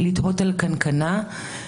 שמעתי את חבריי ברוב קשב,